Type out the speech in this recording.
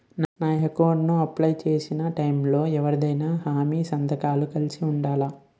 నా అకౌంట్ ను అప్లై చేసి టైం లో ఎవరిదైనా హామీ సంతకాలు కలిపి ఉండలా?